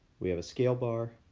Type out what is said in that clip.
we have a scale bar.